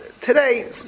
today